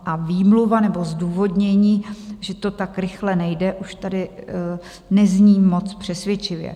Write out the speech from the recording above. A výmluva nebo zdůvodnění, že to tak rychle nejde, už tady nezní moc přesvědčivě.